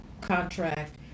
contract